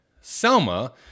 Selma